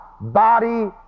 body